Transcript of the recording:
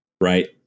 right